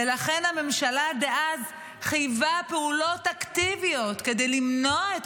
ולכן הממשלה דאז חייבה פעולות אקטיביות כדי למנוע את